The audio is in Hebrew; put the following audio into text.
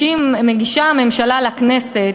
שהממשלה מגישה לכנסת,